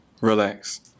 Relax